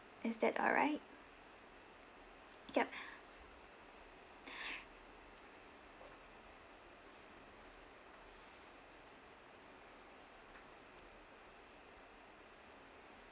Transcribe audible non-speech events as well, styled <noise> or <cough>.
is that alright yup <breath>